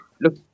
look